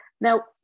now